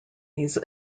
these